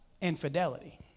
infidelity